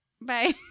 Bye